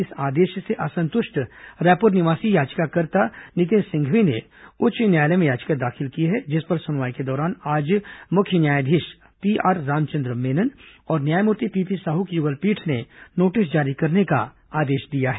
इस आदेश से असंतुष्ट रायपुर निवासी याचिकाकर्ता नितिन सिंघवी ने उच्च न्यायालय में याचिका दाखिल की है जिस पर सुनवाई के दौरान आज मुख्य न्यायाधीश पीआर रामचंद्र मेनन और न्यायमूर्ति पीपी साहू की यूगल पीठ ने नोटिस जारी करने का आदेश दिया है